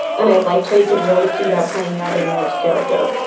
and i like how you could really see that playing out in eric's character.